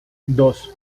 dos